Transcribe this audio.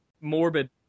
morbid